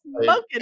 smoking